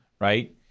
right